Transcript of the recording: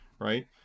right